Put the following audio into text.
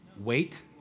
wait